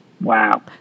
Wow